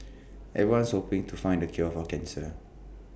everyone's hoping to find the cure for cancer